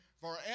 forever